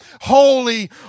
holy